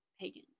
pagan